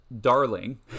darling